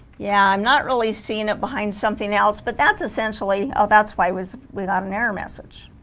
yeah i'm not really seeing it behind something else but that's essentially oh that's why was we got an error message